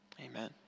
Amen